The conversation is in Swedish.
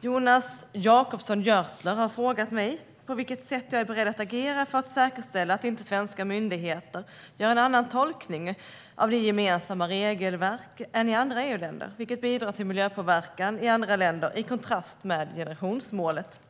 Jonas Jacobsson Gjörtler har frågat mig på vilket sätt jag är beredd att agera för att säkerställa att inte svenska myndigheter gör en annan tolkning av de gemensamma regelverken än i andra EU-länder, vilket bidrar till miljöpåverkan i andra länder i kontrast med generationsmålet.